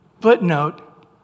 Footnote